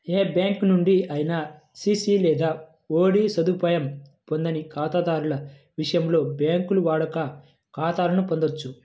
ఏ bank నుండి అయినా CC లేదా ఓడి సదుపాయం పొందని ఖాతాదారుల విషయంలో, బ్యాంకులు వాడుక ఖాతాలను పొందొచ్చు